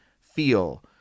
feel